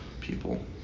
people